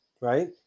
Right